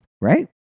Right